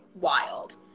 wild